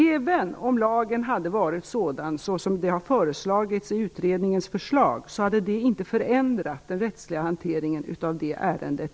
Även om lagen hade varit sådan, som det sägs i utredningens förslag, skulle det inte ett dugg ha förändrat den rättsliga hanteringen av det ärendet.